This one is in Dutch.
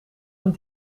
mijn